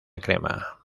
crema